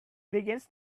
begins